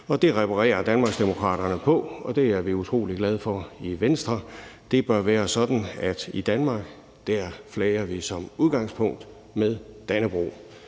Det reparerer Danmarksdemokraterne på, og det er vi utrolig glade for i Venstre. Det bør være sådan, at i Danmark flager vi som udgangspunkt med Dannebrog.